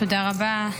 תודה רבה.